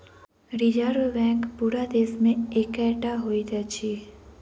reserve bank पूरा देश मे एकै टा होइत अछि